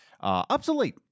obsolete